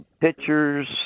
pictures